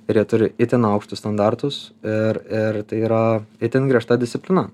ir jie turi itin aukštus standartus ir ir tai yra itin griežta disciplina